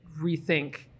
rethink